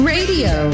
Radio